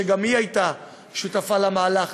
שגם היא הייתה שותפה למהלך,